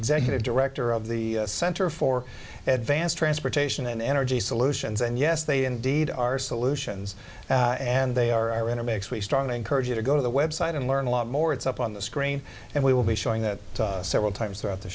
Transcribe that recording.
executive director of the center for advanced transportation and energy solutions and yes they indeed are solutions and they are in a mix we strongly encourage you to go to the website and learn a lot more it's up on the screen and we will be showing that several times throughout the